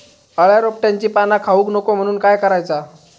अळ्या रोपट्यांची पाना खाऊक नको म्हणून काय करायचा?